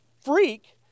freak